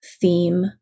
theme